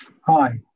Hi